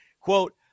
Quote